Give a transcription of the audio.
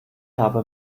habe